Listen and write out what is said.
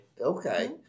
Okay